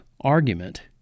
argument